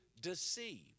deceived